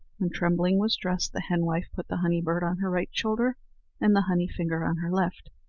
when trembling was dressed, the henwife put the honey-bird on her right shoulder and the honey-finger on her left,